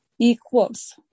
equals